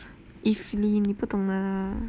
evelyn 你不懂的 lah